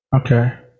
Okay